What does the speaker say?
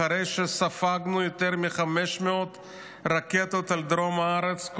אחרי שספגנו יותר מ-500 רקטות על דרום הארץ,